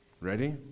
Ready